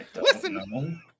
Listen